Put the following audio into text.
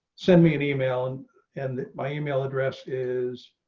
send me an email and and my email address is,